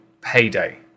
payday